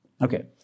Okay